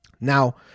Now